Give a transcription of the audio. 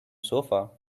sofa